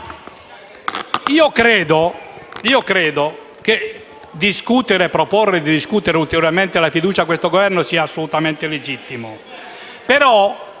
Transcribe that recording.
Credo che proporre di discutere ulteriormente la fiducia a questo Governo sia assolutamente legittimo,